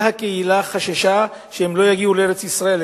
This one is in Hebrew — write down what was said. כל הקהילה חששה שהם לא יגיעו לארץ-ישראל,